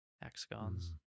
hexagons